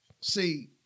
see